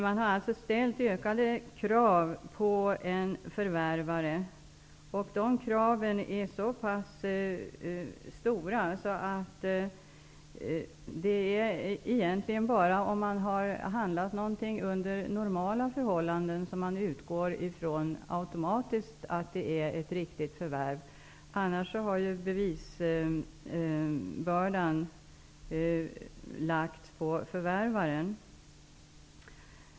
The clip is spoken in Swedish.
Man har alltså ställt ökade krav på en förvärvare, och de kraven är så stora att de egentligen bara är om någonting har inhandlats under normala förhållanden som man automatiskt utgår från att det är ett riktigt förvärv. Annars har bevisbördan lagts på förvärvaren.